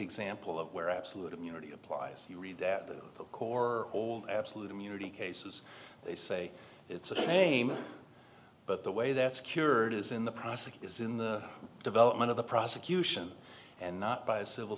example of where absolute immunity applies you read that book or hold absolute immunity cases they say it's a game but the way that secured is in the prosecutors in the development of the prosecution and not by a civil